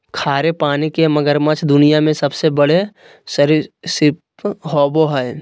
खारे पानी के मगरमच्छ दुनिया में सबसे बड़े सरीसृप होबो हइ